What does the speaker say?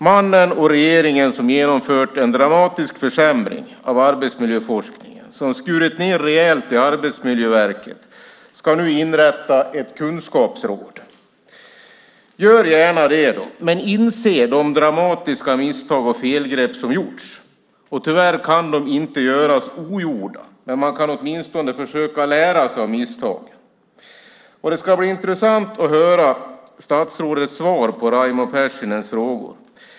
Mannen och regeringen som har genomfört en dramatisk försämring av arbetsmiljöforskningen och som har skurit ned rejält i Arbetsmiljöverket ska nu inrätta ett kunskapsråd. Gör gärna det då, men inse de dramatiska misstag och felgrepp som har gjorts! Tyvärr kan de inte göras ogjorda, men man kan åtminstone försöka lära sig av misstagen. Det ska bli intressant att höra statsrådets svar på Raimo Pärssinens frågor.